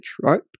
right